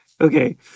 Okay